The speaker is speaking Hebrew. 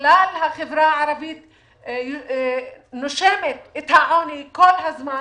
ושבכלל החברה הערבית נושמת את העוני כל הזמן,